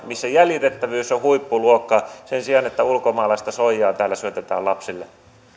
missä jäljitettävyys on huippuluokkaa sen sijaan että ulkomaalaista soijaa täällä syötetään lapsille